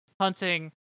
hunting